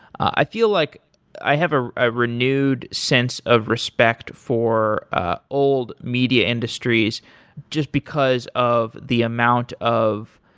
i feel like i have a ah renewed sense of respect for ah old media industries just because of the amount of